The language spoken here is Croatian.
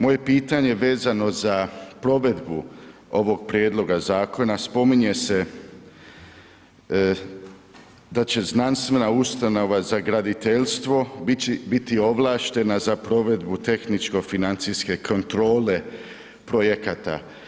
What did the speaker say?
Moje pitanje vezano za provedbu ovog prijedloga zakona, spominje se da će znanstvena ustanova za graditeljstvo biti ovlaštena za provedbu tehničko-financijske kontrole projekata.